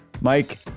Mike